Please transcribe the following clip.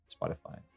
Spotify